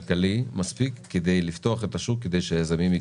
כלכלי כדי לפתוח את השוק כדי שהיזמים ייכנסו.